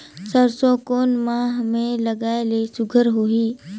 सरसो कोन माह मे लगाय ले सुघ्घर होही?